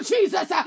Jesus